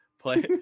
Play